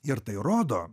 ir tai rodo